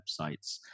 websites